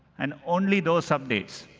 and only those updates,